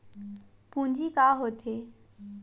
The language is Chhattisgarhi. पूंजी का होथे?